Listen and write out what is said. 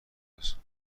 است